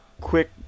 Quick